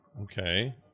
Okay